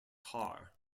car